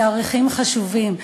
תאריכים חשובים.